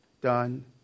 done